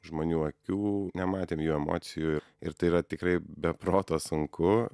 žmonių akių nematėm jų emocijų ir tai yra tikrai be proto sunku